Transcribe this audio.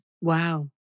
Wow